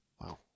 wow